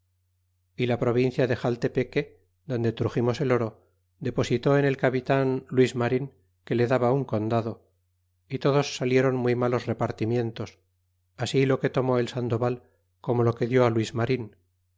y la provincia de xaltepeque donde truximos el oro depositó en el capitan luis marin que le daba un condado y todos salieron muy malos repartimientos así lo que tomó el sandoval como lo que dió luis marin